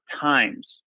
times